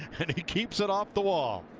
and he keeps it off the wall.